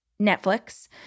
Netflix